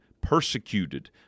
persecuted